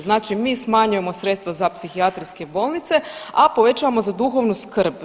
Znači mi smanjujemo sredstva za psihijatrijske bolnice, a povećavamo za duhovnu skrb.